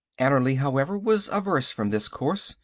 annerly, however, was averse from this course,